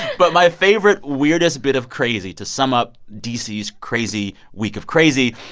but my favorite, weirdest bit of crazy, to sum up d c s crazy week of crazy,